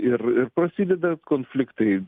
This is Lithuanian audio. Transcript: ir prasideda konfliktai